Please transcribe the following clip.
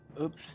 oops